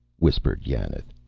whispered yanath.